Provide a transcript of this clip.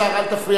אל תפריע לי.